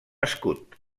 escut